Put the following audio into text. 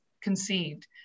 conceived